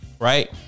right